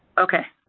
okay.